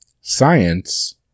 science